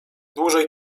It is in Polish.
dłużej